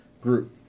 group